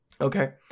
Okay